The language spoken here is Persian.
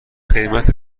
قیمت